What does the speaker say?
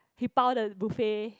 he bao the buffet